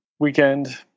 Weekend